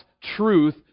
truth